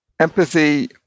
Empathy